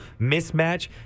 mismatch